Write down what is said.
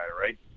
right